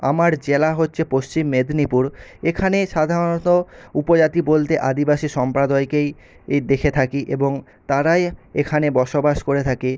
আমার জেলা হচ্ছে পশ্চিম মেদিনীপুর এখানে সাধারণত উপজাতি বলতে আদিবাসী সম্প্রদায়কেই এই দেখে থাকি এবং তারাই এখানে বসবাস করে থাকে